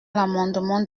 l’amendement